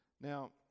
Now